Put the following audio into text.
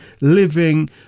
living